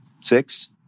six